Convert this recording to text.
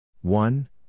One